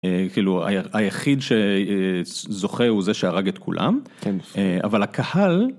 כאילו היחיד שזוכה הוא זה שהרג את כולם, אבל הקהל.